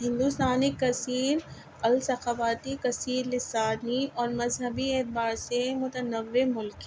ہندوستانی کثیر الثقافتی کثیر لسانی اور مذہبی اعتبار سے متنوع ملک